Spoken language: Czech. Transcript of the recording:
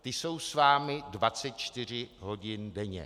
Ty jsou s vámi 24 hodin denně.